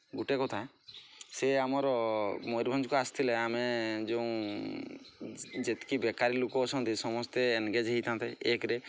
ଗୋଟେ କଥା ସେ ଆମର ମୟୂରଭଞ୍ଜକୁ ଆସିଥିଲେ ଆମେ ଯେଉଁ ଯେତିକି ବେକାରି ଲୋକ ଅଛନ୍ତି ସମସ୍ତେ ଏନ୍ଗେଜ୍ ହୋଇଥାନ୍ତେ ଏକରେ